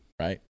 right